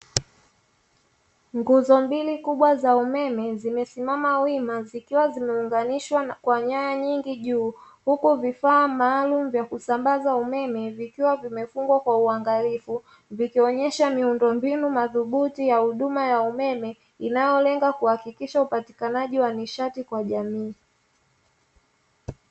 Nguzo mbili kubwa za umeme zimesimama wima, zikiwa zimeunganishwa kwa nyaya nyingi juu huku vifaa maalum vya kusambaza umeme, vikiwa vimefungwa kwa uangalifu vikionyesha miundombinu madhubuti ya huduma ya umeme inayolenga kuhakikisha upatikanaji wa nishati kwa jamii.